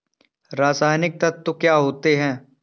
रसायनिक तत्व क्या होते हैं?